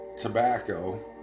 tobacco